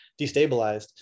destabilized